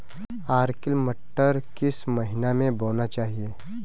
Arkel मटर किस महीना में बोना चाहिए?